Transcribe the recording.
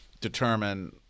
determine